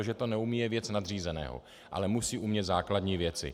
Že to neumí, je věc nadřízeného, ale musí umět základní věci.